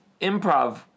improv